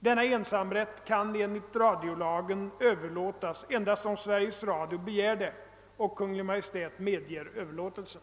Denna ensamrätt kan enligt radiolagen överlåtas endast om Sveriges Radio begär det och Kungl. Maj:t medger överlåtelsen.